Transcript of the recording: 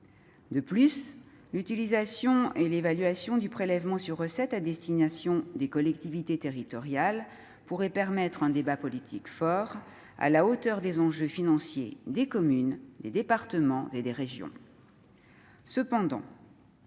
De plus, l'utilisation et l'évaluation du prélèvement sur recettes à destination des collectivités territoriales pourraient ouvrir la voie à un débat politique fort, à la hauteur des enjeux financiers des communes, des départements et des régions. Néanmoins,